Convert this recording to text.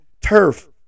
turf